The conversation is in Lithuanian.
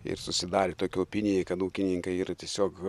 ir susidarė tokia opinija kad ūkininkai yra tiesiog